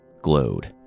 glowed